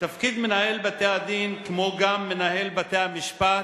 תפקיד מנהל בתי-הדין, כמו גם מנהל בתי-המשפט,